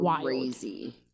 crazy